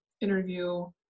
interview